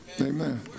Amen